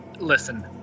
listen